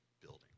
building